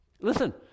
Listen